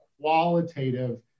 Qualitative